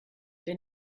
der